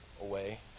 away